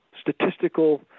statistical